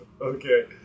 Okay